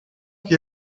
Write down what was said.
che